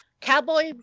cowboy